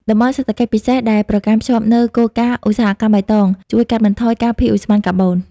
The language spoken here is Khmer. តំបន់សេដ្ឋកិច្ចពិសេស ដែលប្រកាន់ខ្ជាប់នូវគោលការណ៍ "ឧស្សាហកម្មបៃតង" ជួយកាត់បន្ថយការភាយឧស្ម័នកាបូន។